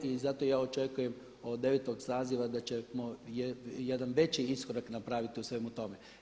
I zato ja očekujem od 9. saziva da ćemo jedan veći iskorak napraviti u svemu tome.